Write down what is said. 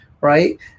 right